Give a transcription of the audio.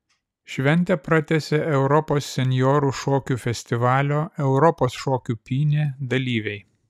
šventę pratęsė europos senjorų šokių festivalio europos šokių pynė dalyviai